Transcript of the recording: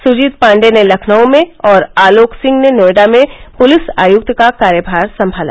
सुजीत पांडे ने लखनऊ में और आलोक सिंह ने नोएडा में पुलिस आयुक्त का कार्यमार संमाला